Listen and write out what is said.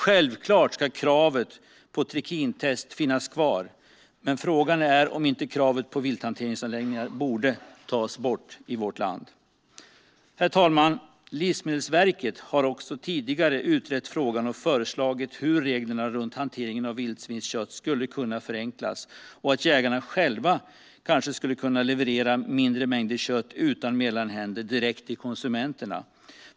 Självklart ska kravet på trikintest finnas kvar, men frågan är om inte kravet på vilthanteringsanläggningar borde tas bort i vårt land. Herr talman! Livsmedelsverket har också tidigare utrett frågan och föreslagit hur reglerna för hanteringen av vildsvinskött skulle kunna förenklas och att jägarna själva kanske skulle kunna leverera mindre mängder kött utan mellanhänder direkt till konsumenterna.